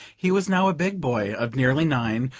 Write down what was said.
he was now a big boy of nearly nine,